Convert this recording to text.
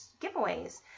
giveaways